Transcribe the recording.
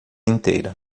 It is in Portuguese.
inteira